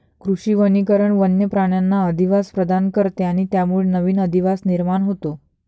कृषी वनीकरण वन्य प्राण्यांना अधिवास प्रदान करते आणि त्यामुळे नवीन अधिवास निर्माण होतो